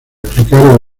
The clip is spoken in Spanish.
explicar